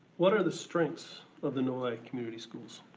what are the strengths of the novi community schools?